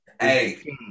Hey